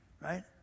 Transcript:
right